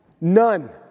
None